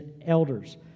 elders